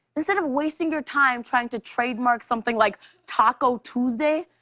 instead of wasting your time trying to trademark something like taco tuesday,